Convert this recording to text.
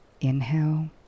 Inhale